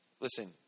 Listen